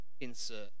insert